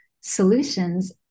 solutions